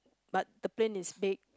but the plane is big